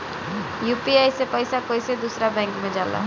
UPI से पैसा कैसे दूसरा बैंक मे जाला?